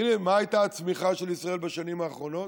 והינה, ממה הייתה הצמיחה של ישראל בשנים האחרונות?